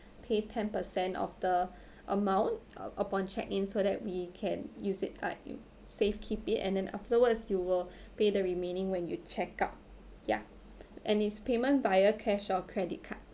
pay ten percent of the amount uh upon check in so that we can use it like safe keep it and then afterwards you will pay the remaining when you check out ya and is payment via cash or credit card